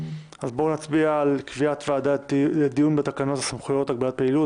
אז בואו נצביע על קביעת ועדה לדיון בתקנות הסמכויות (הגבלת פעילות).